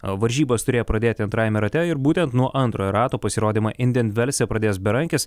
varžybas turėjo pradėti antrajame rate ir būtent nuo antrojo rato pasirodymą indian velse pradės berankis